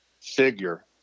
figure